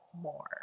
more